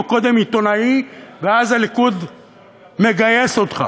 או קודם עיתונאי ואז הליכוד מגייס אותך?